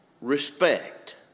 respect